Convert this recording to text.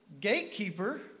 gatekeeper